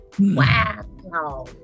wow